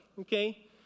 okay